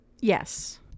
Yes